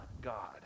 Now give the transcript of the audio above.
god